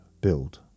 build